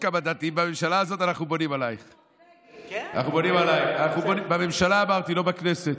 אנחנו בונים עלייך, בממשלה, אמרתי, לא בכנסת.